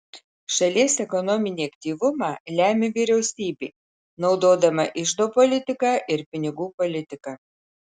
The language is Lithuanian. šalies ekonominį aktyvumą lemia vyriausybė naudodama iždo politiką ir pinigų politiką